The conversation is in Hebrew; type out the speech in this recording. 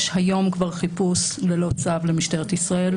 יש היום כבר חיפוש ללא צו למשטרת ישראל.